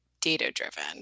data-driven